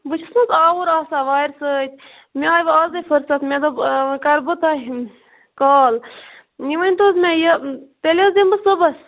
بہٕ چھَس نہ حظ آوُر آسان وارِ سۭتۍ مےٚ آیہ وۄنۍ آزے فرصت مےٚ دوٚپ وۄنۍ کَرٕ بہٕ تۄہہِ کال یہِ ؤنتو حظ مےٚ یہِ تیٚلہِ حظ یمہ بہٕ صُبحَس